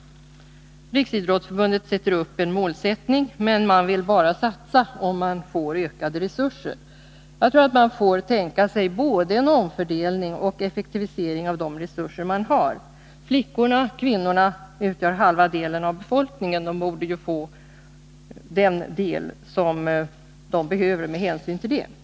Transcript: Riksidrottsförbundet sätter upp en mål, men man vill bara satsa om man får ökade resurser! Jag tror att man får tänka sig både en omfördelning och en effektivisering av de resurser man har. Flickorna och kvinnorna utgör halva delen av befolkningen —de borde få den del av resurserna som de med hänsyn till detta behöver.